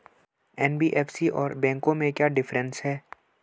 NBFC और बैंकों में क्या डिफरेंस है?